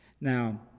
Now